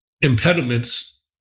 impediments